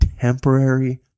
temporary